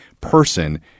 person